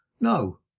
no